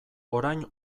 orain